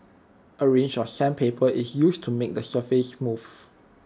A range of sandpaper is used to make the surface smooth